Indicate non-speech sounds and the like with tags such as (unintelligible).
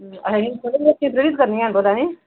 असेंगी मतलब (unintelligible) करने आं असें